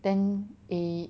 ten A